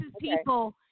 people